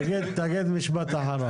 תגיד משפט אחרון.